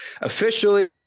Officially